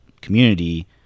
community